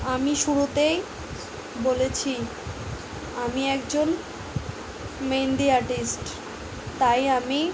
আমি শুরুতেই বলেছি আমি একজন মেহেন্দি আর্টিস্ট তাই আমি